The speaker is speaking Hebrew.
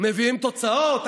מביאים תוצאות.